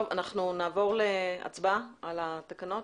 נעבור להצבעה על התקנות.